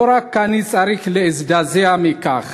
לא רק אני צריך להזדעזע מכך